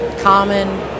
common